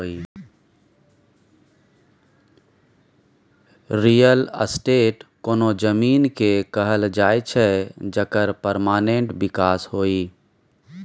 real estate कोनो जमीन केँ कहल जाइ छै जकर परमानेंट बिकास होइ